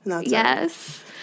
Yes